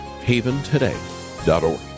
haventoday.org